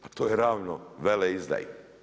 Pa to je ravno veleizdaji!